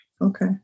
Okay